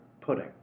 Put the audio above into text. pudding